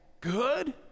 good